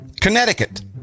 Connecticut